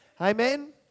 Amen